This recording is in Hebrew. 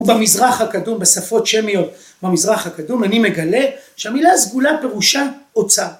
במזרח הקדום... בשפות שמיות במזרח הקדום, אני מגלה שהמילה סגולה פירושה אוצר.